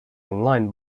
online